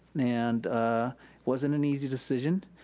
and wasn't an easy decision,